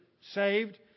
saved